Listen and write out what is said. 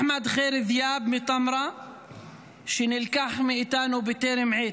הם כתבו ככה: אחמד ח'יר דיאב מטמרה נלקח מאיתנו בטרם עת.